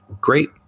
Great